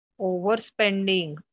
overspending